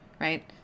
right